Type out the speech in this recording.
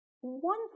One